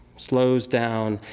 slows down,